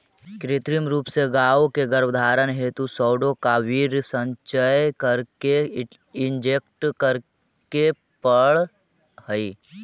कृत्रिम रूप से गायों के गर्भधारण हेतु साँडों का वीर्य संचय करके इंजेक्ट करे पड़ हई